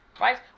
right